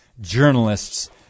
journalists